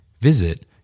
Visit